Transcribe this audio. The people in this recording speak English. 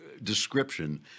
description